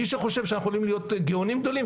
מי שחושב שאנחנו יכולים להיות גאונים גדולים